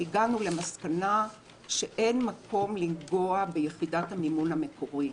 הגענו למסקנה שאין מקום לגעת ביחידת המימון המקורית,